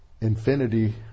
infinity